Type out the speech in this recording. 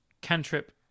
cantrip